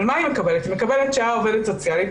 בהקשר לדברים שאת שאלת,